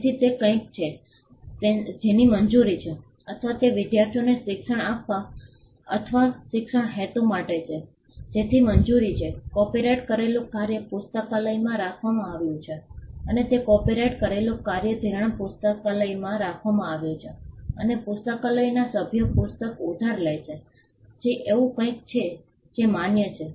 તેથી તે કંઈક છે જેની મંજૂરી છે અથવા તે વિદ્યાર્થીઓને શિક્ષણ આપવા અથવા શિક્ષણ હેતુ માટે છે જેની મંજૂરી છે કોપિરાઇટ કરેલું કાર્ય પુસ્તકાલયમાં રાખવામાં આવ્યું છે અને તે કોપિરાઇટ કરેલું કાર્ય ધિરાણ પુસ્તકાલયમાં રાખવામાં આવ્યું છે અને પુસ્તકાલયનાં સભ્યો પુસ્તક ઉધાર લે છે જે એવું કંઈક છે જે માન્ય છે